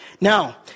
Now